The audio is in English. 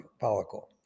follicle